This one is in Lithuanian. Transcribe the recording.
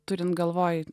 turint galvoj